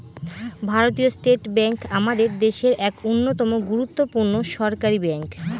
ভারতীয় state bank আমাদের দেশের এক অন্যতম গুরুত্বপূর্ণ সরকারি ব্যাঙ্ক